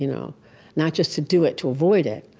you know not just to do it to avoid it,